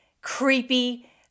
creepy